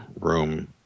room